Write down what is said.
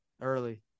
Early